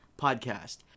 podcast